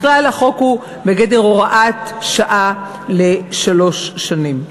בכלל, החוק הוא בגדר הוראת שעה לשלוש שנים.